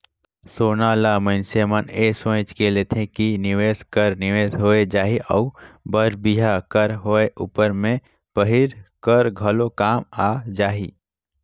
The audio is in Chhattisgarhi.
सोना ल मइनसे मन ए सोंएच के लेथे कि निवेस कर निवेस होए जाही अउ बर बिहा कर होए उपर में पहिरे कर घलो काम आए जाही